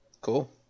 Cool